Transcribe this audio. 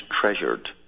treasured